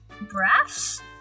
Brass